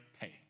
pay